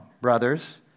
brothers